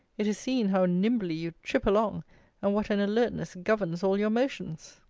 it is seem how nimbly you trip along and what an alertness governs all your motions.